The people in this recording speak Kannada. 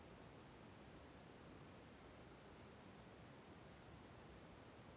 ಬ್ಯಾಂಕ್ ಖಾತೆಯಲ್ಲಿರುವ ಉಳಿತಾಯ ಹಣವು ಎಷ್ಟುಇದೆ ಅಂತ ಹೇಗೆ ನೋಡಬೇಕು?